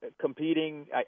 competing